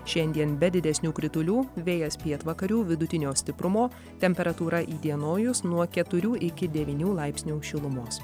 šiandien be didesnių kritulių vėjas pietvakarių vidutinio stiprumo temperatūra įdienojus nuo keturių iki devynių laipsnių šilumos